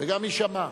וגם יישמע.